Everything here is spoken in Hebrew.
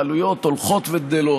והעלויות הולכות וגדלות,